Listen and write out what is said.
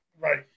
Right